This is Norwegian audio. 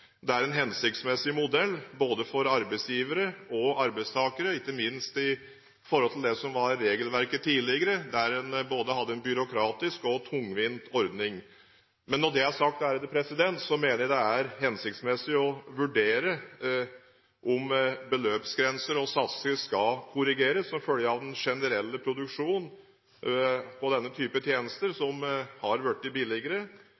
Det er en hensiktsmessig modell både for arbeidsgivere og arbeidstakere, ikke minst i forhold til det som var regelverket tidligere, der en hadde en både byråkratisk og tungvint ordning. Når det er sagt, mener jeg det er hensiktsmessig å vurdere om beløpsgrenser og satser skal korrigeres som følge av den generelle produksjonen på denne type tjenester,